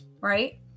right